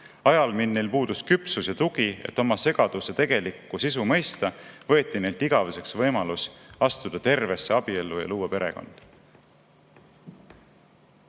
Ajal, mil neil puudus küpsus ja tugi, et oma segaduse tegelikku sisu mõista, võeti neilt igaveseks võimalus astuda tervesse abiellu ja luua